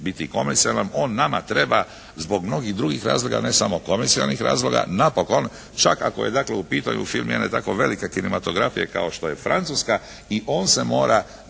biti komercijalan. On nama treba zbog mnogih drugih razloga ne samo komercijalnih razloga. Napokon čak ako je dakle u pitanju film jedne tako velike kinematografije kao što je Francuska i on se mora